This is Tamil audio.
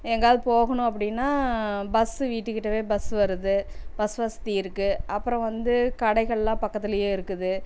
எங்காவது போகணும் அப்படினா பஸ்ஸு வீட்டுக்கிட்டவே பஸ்ஸு வருது பஸ் வசதி இருக்குது அப்புறம் வந்து கடைகள்லாம் பக்கத்திலையே இருக்குது